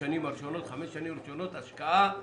בחמש השנים הראשונות השקעה,